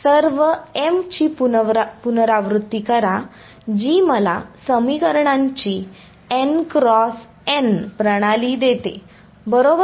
सर्व m ची पुनरावृत्ती करा जी मला समीकरणांची n क्रॉस n प्रणाली देते बरोबर